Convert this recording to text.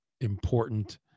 Important